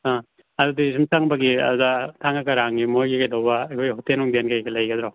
ꯑ ꯑꯗꯨꯗꯤ ꯁꯨꯝ ꯆꯪꯕꯒꯤ ꯑꯗ ꯊꯥꯡꯒ ꯀꯔꯥꯡꯒꯤ ꯃꯈꯣꯏꯒꯤ ꯀꯩꯗꯧꯕ ꯑꯩꯈꯣꯏ ꯍꯣꯇꯦꯜ ꯅꯨꯡꯇꯦꯜ ꯀꯔꯤ ꯀꯔꯤ ꯂꯩꯒꯗ꯭ꯔꯣ